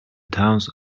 towns